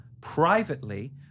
privately